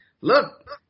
Look –